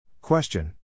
Question